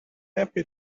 happy